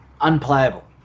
unplayable